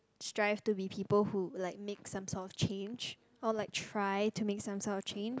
strive to be people who like make some sort of change or like try to make some sort of change